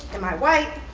am i white?